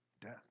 Death